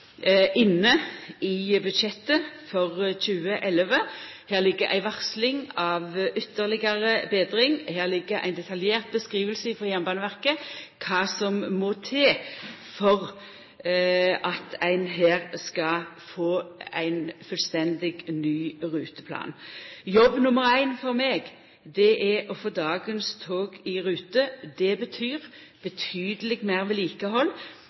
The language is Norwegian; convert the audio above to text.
i budsjettet for 2011, det ligg ei varsling av ytterlegare betring, og det ligg ei detaljert beskriving frå Jernbaneverket av kva som må til for at ein skal få ein fullstendig ny ruteplan. Jobb nr. 1 for meg er å få dagens tog i rute. Det betyr betydeleg meir vedlikehald